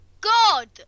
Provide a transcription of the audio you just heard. god